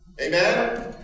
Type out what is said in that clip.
Amen